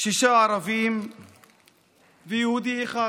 שישה ערבים ויהודי אחד.